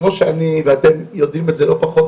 כמו שאני ואתם יודעים את זה לא פחות